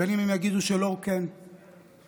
בין שיגידו שלא ובין שיגידו כן,